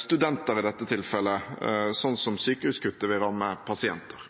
studenter, slik som sykehuskuttet vil ramme pasienter.